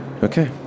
Okay